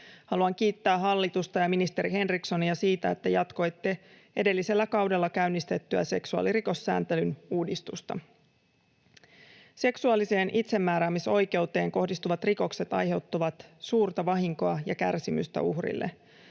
Haluan kiittää hallitusta ja ministeri Henrikssonia siitä, että jatkoitte edellisellä kaudella käynnistettyä seksuaalirikossääntelyn uudistusta. Seksuaaliseen itsemääräämisoikeuteen kohdistuvat rikokset aiheuttavat suurta vahinkoa ja kärsimystä uhrille.